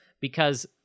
because-